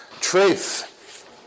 truth